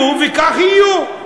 כך היו וכך יהיו.